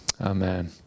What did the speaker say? amen